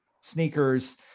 sneakers